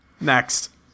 Next